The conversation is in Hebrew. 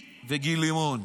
היא וגיל לימון.